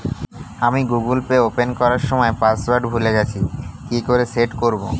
আমি Google Pay open করার সময় পাসওয়ার্ড ভুলে গেছি কি করে সেট করব?